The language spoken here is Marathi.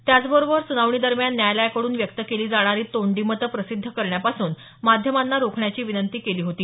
त्याचबरोबर सुनावणीदरम्यान न्यायालयाकडून व्यक्त केली जाणारी तोंडी मतं प्रसिद्ध करण्यापासून माध्यमांना रोखण्याची विनंती केली होती